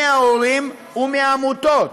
מההורים ומהעמותות,